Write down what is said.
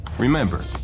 Remember